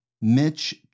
Mitch